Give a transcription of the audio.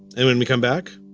and when we come back,